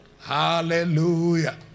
hallelujah